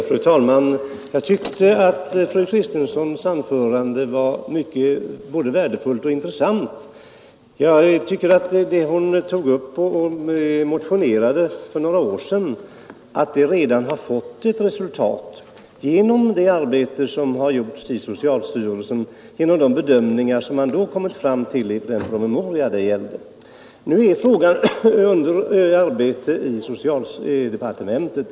Fru talman! Fru Kristenssons anförande var både värdefullt och intressant. Det hon motionerade om för några år sedan har redan givit resultat genom det arbete som har utförts i socialstyrelsen och genom de bedömningar som man har kommit fram till i en promemoria. Nu är frågan under arbete i socialdepartementet.